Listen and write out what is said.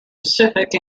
pacific